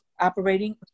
operating